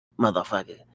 motherfucker